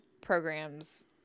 programs